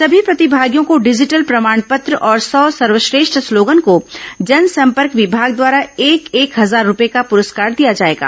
सभी प्रतिभागियों को डिजिटल प्रमाण पत्र और सौ सर्वश्रेष्ठ स्लोगन को जनसंपर्क विभाग द्वारा एक एक हजार रूपए का पुरस्कार दिया जाएगा